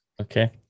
Okay